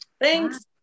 Thanks